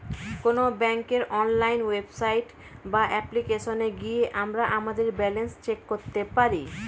কোনো ব্যাঙ্কের online website বা অ্যাপ্লিকেশনে গিয়ে আমরা আমাদের ব্যালেন্স চেক করতে পারি